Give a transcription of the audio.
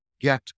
get